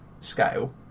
scale